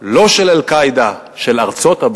ה"חיזבאללה", לא של "אל-קאעידה" של ארצות-הברית.